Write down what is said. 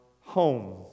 home